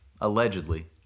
allegedly